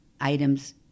items